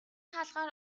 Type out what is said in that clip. хаалгаар